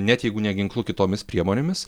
net jeigu ne ginklu kitomis priemonėmis